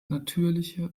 natürliche